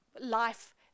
life